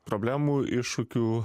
problemų iššūkių